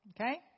Okay